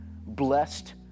blessed